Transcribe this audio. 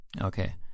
Okay